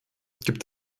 gibt